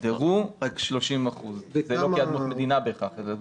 הוסדרו 30 אחוזים ולא בהכרח כאדמות מדינה.